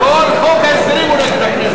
כל חוק ההסדרים הוא נגד הכנסת.